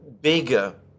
bigger